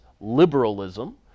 liberalism